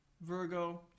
Virgo